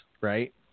right